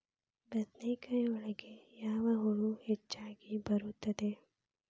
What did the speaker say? ಬದನೆಕಾಯಿ ಒಳಗೆ ಯಾವ ಹುಳ ಹೆಚ್ಚಾಗಿ ಬರುತ್ತದೆ?